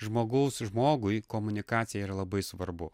žmogaus žmogui komunikacija yra labai svarbu